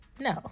no